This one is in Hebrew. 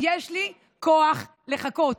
יש לי כוח לחכות.